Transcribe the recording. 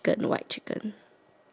then after that